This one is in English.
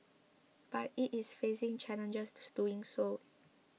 but it is facing challenges doing so